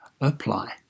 apply